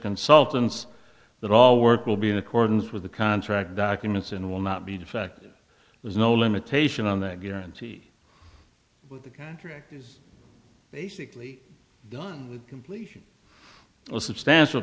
consultants that all work will be in accordance with the contract documents and will not be defacto there's no limitation on that guarantee but the contract is basically done with completion a substantial